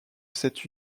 cette